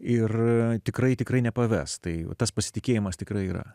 ir tikrai tikrai nepaves tai tas pasitikėjimas tikrai yra